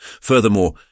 Furthermore